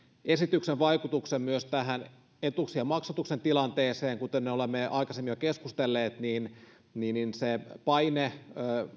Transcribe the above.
esityksen vaikutuksen myös tähän etuuksien maksatuksen tilanteeseen kuten me olemme aikaisemmin jo keskustelleet niin niin se paine